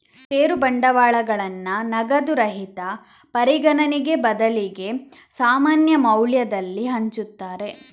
ಷೇರು ಬಂಡವಾಳಗಳನ್ನ ನಗದು ರಹಿತ ಪರಿಗಣನೆಗೆ ಬದಲಿಗೆ ಸಾಮಾನ್ಯ ಮೌಲ್ಯದಲ್ಲಿ ಹಂಚುತ್ತಾರೆ